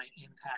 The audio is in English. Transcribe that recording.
impact